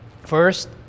first